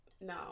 No